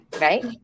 Right